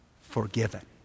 Forgiven